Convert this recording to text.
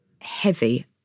heavy